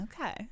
Okay